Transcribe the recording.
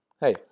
Hey